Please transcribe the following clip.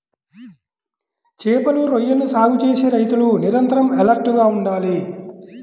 చేపలు, రొయ్యలని సాగు చేసే రైతులు నిరంతరం ఎలర్ట్ గా ఉండాలి